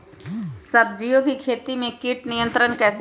सब्जियों की खेती में कीट नियंत्रण कैसे करें?